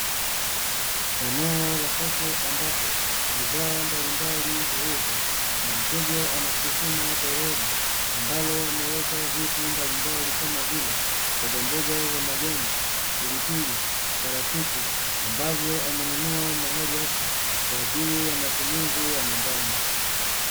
Eneo la soko ambapo bidhaa mbalimbali huuzwa na mteja anasukuma toroli ambalo ameweka vitu mbalimbali, kama vile: mbogamboga za majani, pilipili, parachichi; ambavyo amenunua mahali hapo, kwa ajili ya matumizi ya nyumbani.